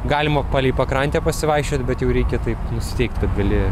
galima palei pakrantę pasivaikščiot bet jau reikia taip nusiteikt kad gali